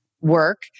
work